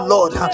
Lord